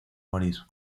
morir